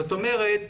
זאת אומרת,